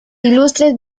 ilustres